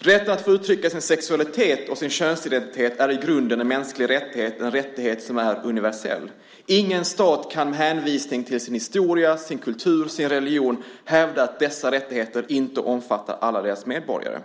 Rätten att få uttrycka sin sexualitet och sin könsidentitet är i grunden en mänsklig rättighet, en rättighet som är universell. Ingen stat kan med hänvisning till sin historia, sin kultur och sin religion hävda att dessa rättigheter inte omfattar alla dess medborgare.